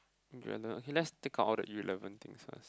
okay let's take out all the irrelevant things first